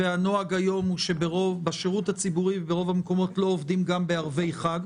והנוהג היום בשירות הציבורי וברוב המקומות שלא עובדים גם בערבי חג,